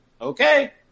okay